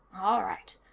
all right.